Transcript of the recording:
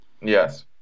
Yes